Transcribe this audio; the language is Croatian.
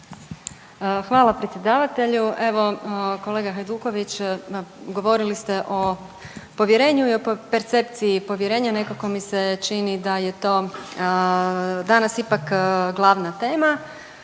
Hvala predsjedavatelju. Evo, kolega Hajduković govorili ste o povjerenju i o percepciji povjerenja, nekako mi se čini da je to danas ipak glavna tema.